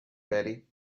betty